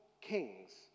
kings